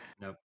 Nope